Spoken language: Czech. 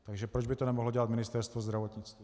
Takže proč by to nemohlo dělat Ministerstvo zdravotnictví?